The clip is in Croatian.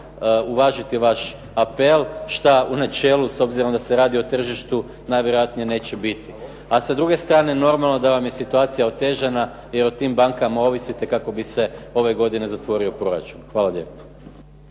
uvažiti vaš apel, što u načelu s obzirom da se radi o tržištu najvjerojatnije neće biti. A sa druge strane normalno da vam je situacija otežana, jer o tim bankama ovisite kako bi se ove godine zatvorio proračun. Hvala lijepo.